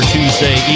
Tuesday